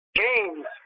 games